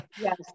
Yes